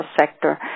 sector